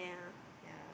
yeah